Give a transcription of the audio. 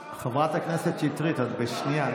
חברת הכנסת שטרית, את בשנייה.